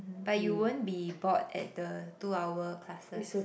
but you won't be bored at the two hour classes